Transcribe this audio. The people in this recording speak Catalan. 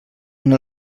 una